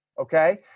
okay